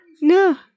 no